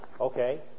Okay